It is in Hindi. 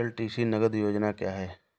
एल.टी.सी नगद योजना क्या है?